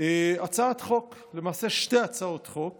הצעת חוק, ולמעשה שתי הצעות חוק